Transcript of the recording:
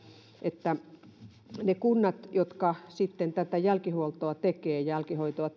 että niille kunnille jotka sitten tätä jälkihuoltoa jälkihoitoa